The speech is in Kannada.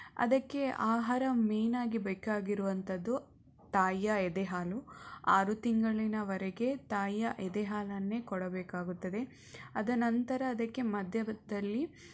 ಅದಕ್ಕೆ ಆಹಾರ ಮೇನ್ ಆಗಿ ಬೇಕಾಗಿರುವಂಥದ್ದು ತಾಯಿಯ ಎದೆಹಾಲು ಆರು ತಿಂಗಳಿನವರೆಗೆ ತಾಯಿಯ ಎದೆಹಾಲನ್ನೇ ಕೊಡಬೇಕಾಗುತ್ತದೆ ಅದನಂತರ ಅದಕ್ಕೆ ಮಧ್ಯದಲ್ಲಿ